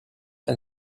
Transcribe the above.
and